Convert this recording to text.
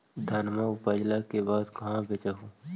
धनमा उपजाईला के बाद कहाँ बेच हू?